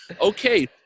Okay